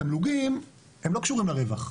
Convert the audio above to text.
התמלוגים לא קשורים לרווח,